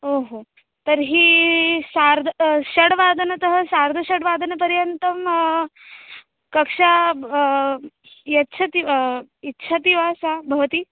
ओहो तर्ही सार्ध षड्वादनतः सार्धषड्वादनपर्यन्तं कक्षा भ यच्छति इच्छति वा सा भवती